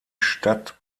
stadt